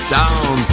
down